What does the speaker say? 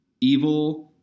Evil